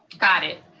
got it,